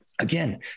Again